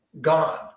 gone